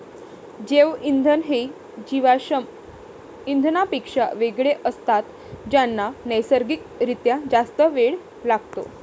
जैवइंधन हे जीवाश्म इंधनांपेक्षा वेगळे असतात ज्यांना नैसर्गिक रित्या जास्त वेळ लागतो